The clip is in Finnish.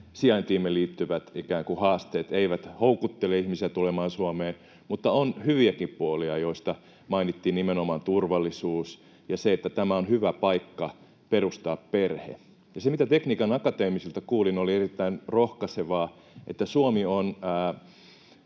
sijaintiimme liittyvät ikään kuin haasteet eivät houkuttele ihmisiä tulemaan Suomeen, niin on hyviäkin puolia, joista mainittiin nimenomaan turvallisuus ja se, että tämä on hyvä paikka perustaa perhe. Ja se, mitä Tekniikan akateemisilta kuulin, oli erittäin rohkaisevaa: että Suomi on